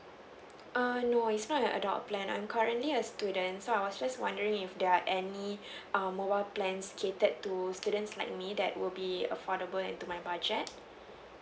err no it's not an adult plan I'm currently a student so I was just wondering if there are any um mobile plans catered to students like me that will be affordable into my budget